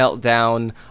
Meltdown